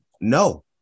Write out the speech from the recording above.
No